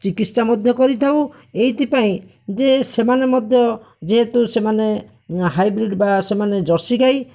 ଚିକିତ୍ସା ମଧ୍ୟ କରିଥାଉ ଏଇଥିପାଇଁ ଯେ ସେମାନେ ମଧ୍ୟ ଯେହେତୁ ସେମାନେ ହାଇବ୍ରୀଡ଼ ବା ସେମାନେ ଜର୍ଷି ଗାଈ